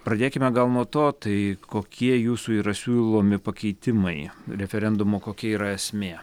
pradėkime gal nuo to tai kokie jūsų yra siūlomi pakeitimai referendumo kokia yra esmė